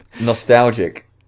nostalgic